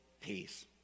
peace